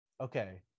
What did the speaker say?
okay